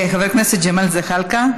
חבר כנסת ג'מעה אזברגה,